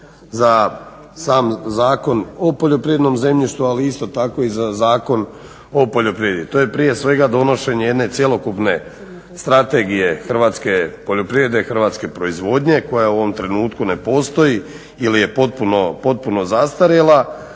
za sam Zakon o poljoprivrednom zemljištu ali isto tako i za Zakon o poljoprivredi. To je prije svega donošenje jedne cjelokupne strategije hrvatske poljoprivrede, hrvatske proizvodnje koja u ovom trenutku ne postoji ili je potpuno zastarjela